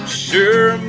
sure